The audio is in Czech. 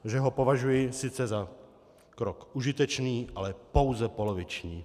Že ho považuji sice za krok užitečný, ale pouze poloviční.